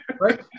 Right